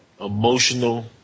emotional